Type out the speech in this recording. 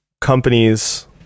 companies